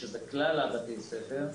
שזה כלל בתי הספר,